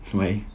什么 eh